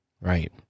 Right